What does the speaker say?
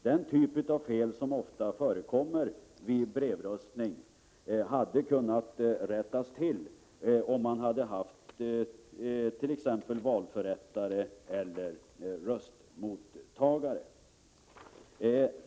Den typ av fel som ofta förekommer vid brevröstning hade kunnat rättas till om man hade haft t.ex. valförrättare eller röstmottagare.